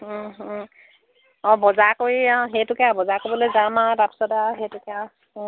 অঁ বজাৰ কৰি আৰু সেইটোকে বজাৰ কৰিবলৈ যাম আৰু তাৰপিছত আৰু সেইটোকে